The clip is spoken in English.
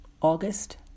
August